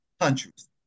countries